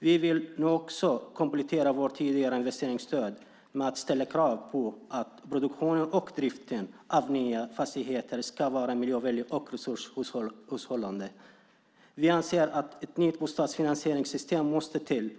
Vi vill också komplettera vårt tidigare investeringsstöd med krav på att produktionen och driften av nya fastigheter ska vara miljövänliga och resurshushållande. Vidare anser vi att ett nytt bostadsfinansieringssystem måste till.